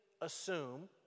assume